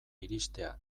iristea